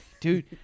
Dude